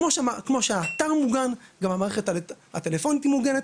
כמו שהאתר מוגן גם המערכת הטלפונית מוגנת,